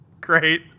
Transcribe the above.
Great